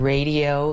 Radio